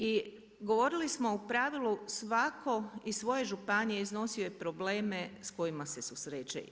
I govorili smo u pravilu svako iz svoje županije iznosio je probleme s kojima se susreće.